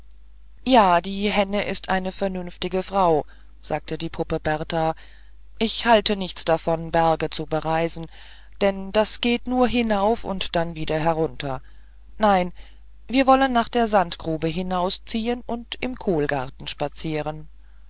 ja die henne ist eine vernünftige frau sagte die puppe bertha ich halte nichts davon berge zu bereisen denn das geht nur hinauf und dann wieder herunter nein wir wollen nach der sandgrube hinausziehen und im kohlgarten spazieren